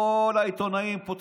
כל העיתונאים היו פותחים,